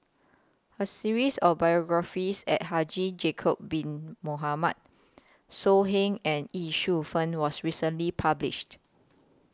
A series of biographies At Haji Bin Mohamed So Heng and Ye Shufang was recently published